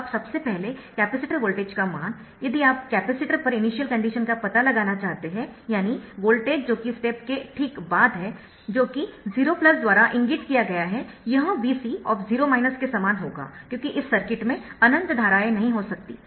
अब सबसे पहले कैपेसिटर वोल्टेज का मान यदि आप कैपेसिटर पर इनिशियल कंडीशन का पता लगाना चाहते है यानी वोल्टेज जो कि स्टेप के ठीक बाद है जो कि 0 द्वारा इंगित किया गया है यह Vc के समान होगा क्योंकि इस सर्किट में अनंत धाराएँ नहीं हो सकतीं